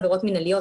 עבירות מנהליות,